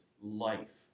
life